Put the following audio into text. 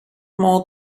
more